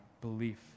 belief